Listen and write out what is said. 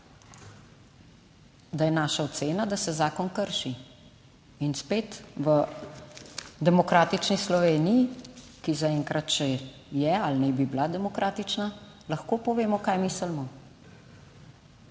da je naša ocena, da se zakon krši. In spet v demokratični Sloveniji, ki zaenkrat še je ali naj bi bila demokratična, lahko povemo, kaj mislimo.